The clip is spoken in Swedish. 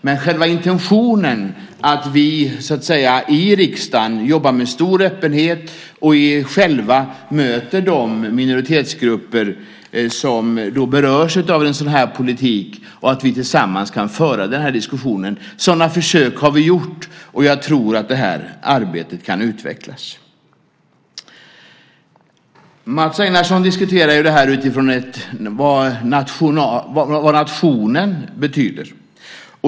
Men själva intentionen att vi i riksdagen jobbar med stor öppenhet och själva möter de minoritetsgrupper som berörs av sådan här politik samt att vi tillsammans kan föra diskussionen är bra. Sådana försök har vi gjort, och jag tror att det här arbetet kan utvecklas. Mats Einarsson diskuterade det här utifrån vad nationen betyder.